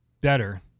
Better